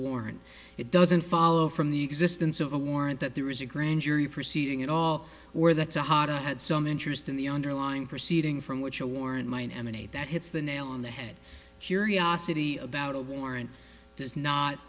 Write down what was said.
warrant it doesn't follow from the existence of a warrant that there is a grand jury proceeding at all or that's a hard or had some interest in the underlying proceeding from which a warrant mine emanate that hits the nail on the head curiosity about a warrant does not